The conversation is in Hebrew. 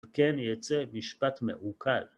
וכן יצא משפט מעוקל.